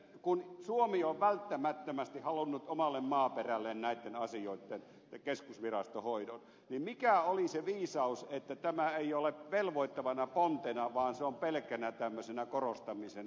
kun suomi on välttämättömästi halunnut omalle maaperälleen näitten asioitten keskusvirastohoidon niin mikä oli se viisaus että tämä ei ole velvoittavana pontena vaan se on pelkkänä tämmöisenä korostamisena